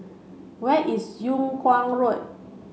where is Yung Kuang Road